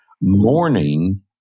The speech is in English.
Mourning